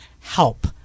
help